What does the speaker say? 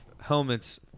helmets